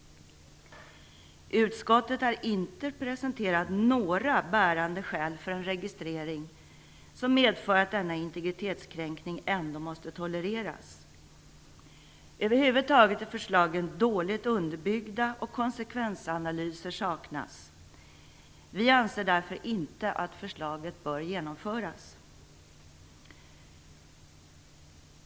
Utskottet har inte presenterat några bärande skäl för en registrering som medför att denna integritetskränkning ändå måste tolereras. Över huvud taget är förslagen dåligt underbyggda, och konsekvensanalyser saknas. Vi anser därför inte att förslaget bör genomföras.